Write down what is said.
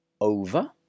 over